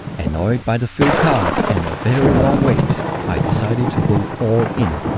annoyed by the filled card and a very long wait i decided to go all in.